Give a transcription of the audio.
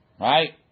right